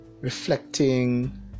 reflecting